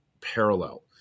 parallel